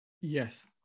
Yes